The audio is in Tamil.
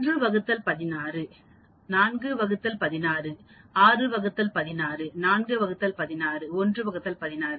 1 வகுத்தல் 16 4 வகுத்தல் 16 6 வகுத்தல் 164 வகுத்தல் 16 1 வகுத்தல் 16